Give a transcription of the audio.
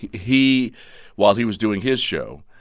he he while he was doing his show,